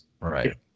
Right